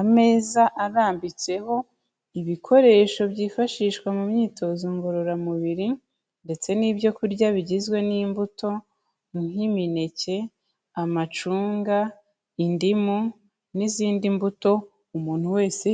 Ameza arambitseho ibikoresho byifashishwa mu myitozo ngororamubiri ndetse n'ibyo kurya bigizwe n'imbuto nk'imineke, amacunga, indimu n'izindi mbuto umuntu wese